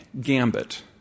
gambit